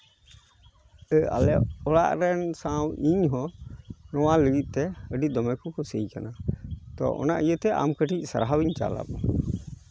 ᱥᱮ ᱟᱞᱮ ᱚᱲᱟᱜ ᱨᱮᱱ ᱥᱟᱶ ᱤᱧ ᱦᱚᱸ ᱱᱚᱣᱟ ᱞᱟᱹᱜᱤᱫ ᱛᱮ ᱟᱹᱰᱤ ᱫᱚᱢᱮ ᱠᱚ ᱠᱩᱥᱤᱭᱟᱠᱟᱱᱟ ᱛᱚ ᱚᱱᱟ ᱤᱭᱟᱹᱛᱮ ᱟᱢ ᱠᱟᱹᱴᱤᱡ ᱥᱟᱨᱦᱟᱣᱤᱧ ᱪᱟᱞᱟᱢᱟ